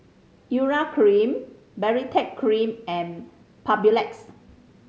Urea Cream Baritex Cream and Papulex